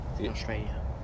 Australia